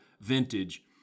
vintage